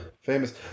famous